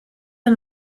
and